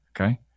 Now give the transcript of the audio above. okay